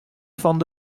fan